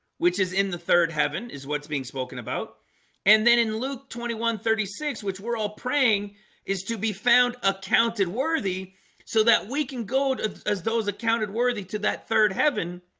which is in the third heaven is what's being spoken about and then in luke twenty one thirty six which we're all praying is to be found accounted worthy so that we can go to as those accounted accounted worthy to that third heaven